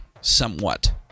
somewhat